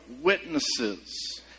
witnesses